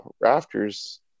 rafters